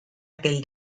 aquel